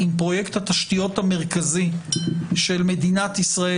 אם פרויקט התשתיות המרכזי של מדינת ישראל